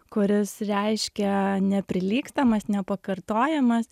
kuris reiškia neprilygstamas nepakartojamas